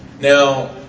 Now